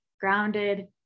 grounded